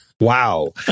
Wow